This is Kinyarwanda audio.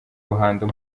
ruhando